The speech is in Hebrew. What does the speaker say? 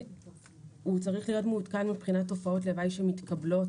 הוא צריך להיות מעודכן מבחינת תופעות לוואי שמתקבלות,